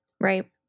Right